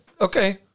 okay